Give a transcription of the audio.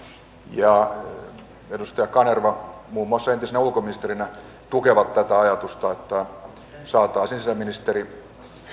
ja edustaja kanerva muun muassa entisenä ulkoministerinä tukevat tätä ajatusta että saataisiin sisäministeri